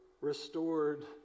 restored